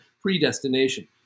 predestination